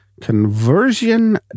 Conversion